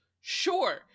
Sure